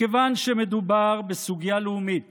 מכיוון שמדובר בסוגיה לאומית